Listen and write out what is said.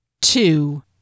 two